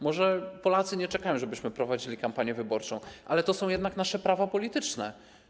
Może Polacy nie czekają, żebyśmy prowadzili kampanię wyborczą, ale to są jednak nasze prawa polityczne.